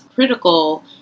critical